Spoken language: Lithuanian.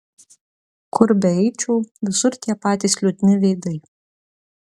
kur beeičiau visur tie patys liūdni veidai